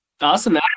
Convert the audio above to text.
Awesome